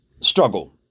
struggle